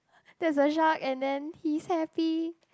there's a shark and then he's happy